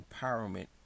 empowerment